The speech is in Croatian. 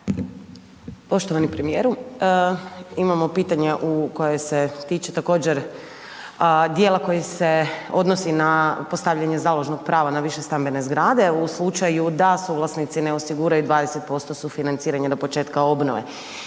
Poštovani premijeru, imamo pitanje u koje se tiče također, dijela koje se odnosi na postavljanje založnog prava na višestambene zgrade u slučaju da suvlasnici ne osiguraju 20% sufinanciranja do početka obnove.